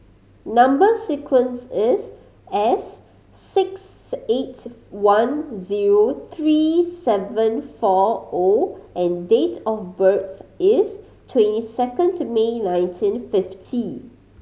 number sequence is S six eight one zero three seven four O and date of birth is twenty second May nineteen fifty